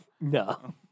No